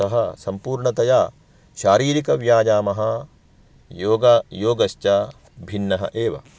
अतः सम्पूर्णतया शारीरिकव्यायामः योग योगश्च भिन्नः एव